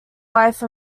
life